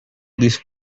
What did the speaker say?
least